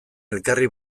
elkarri